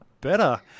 better